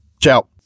ciao